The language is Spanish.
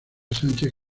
sánchez